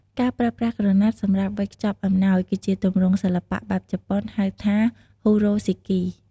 ការប្រើប្រាស់ក្រណាត់សម្រាប់វេចខ្ចប់អំណោយ គឺជាទម្រង់សិល្បៈបែបជប៉ុនហៅថា "ហ៊ូរ៉ូស៊ីគី"។